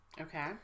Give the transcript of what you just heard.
Okay